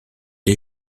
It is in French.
les